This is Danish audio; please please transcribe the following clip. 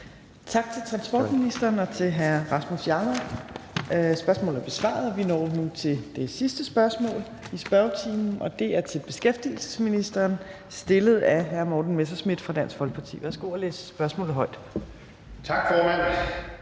Tak til transportministeren og til hr. Rasmus Jarlov. Spørgsmålet er besvaret. Vi når nu til det sidste spørgsmål i spørgetimen, og det er til beskæftigelsesministeren, stillet af hr. Morten Messerschmidt fra Dansk Folkeparti. Kl. 15:53 Spm. nr.